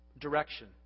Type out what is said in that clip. direction